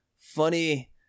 funny